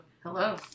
hello